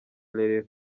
les